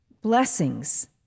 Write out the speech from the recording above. blessings